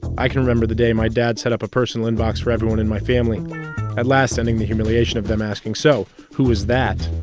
i can remember the day my dad set up a personal inbox for everyone in my family at last ending the humiliation of them asking, so who is that?